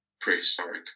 prehistoric